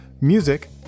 music